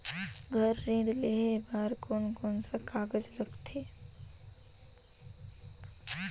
घर ऋण लेहे बार कोन कोन सा कागज लगथे?